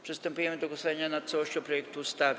Przystępujemy do głosowania nad całością projektu ustawy.